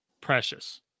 precious